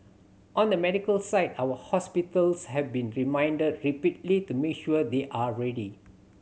on the medical side our hospitals have been reminded repeatedly to make sure they are ready